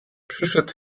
przyszedł